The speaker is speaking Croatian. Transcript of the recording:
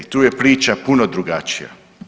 Tu je priča puno drugačija.